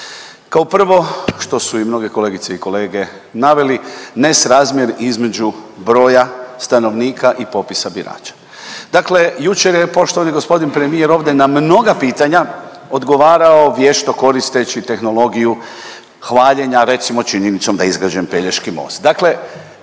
Kao prvo što su i mnoge kolegice i kolege naveli nesrazmjer između broja stanovnika i popisa birača. Dakle, jučer je poštovani gospodin premijer ovdje na mnoga pitanja odgovarao vješto koristeći tehnologiju hvaljenja recimo činjenicom da je izgrađen Pelješki most. Dakle,